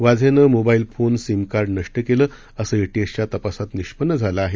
वाझेनं mobile phone SIM card नष्ट केलं असं एटीएसच्या तपासात निष्पन्न झालं आहे